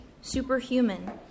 superhuman